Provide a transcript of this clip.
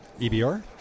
EBR